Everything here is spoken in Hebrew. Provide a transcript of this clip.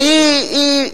והיא,